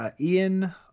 Ian